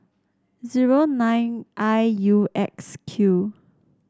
zero nine I U X Q